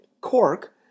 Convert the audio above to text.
cork